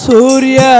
Surya